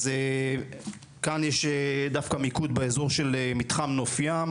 אז כאן יש דווקא מיקוד באזור של מתחם נוף ים,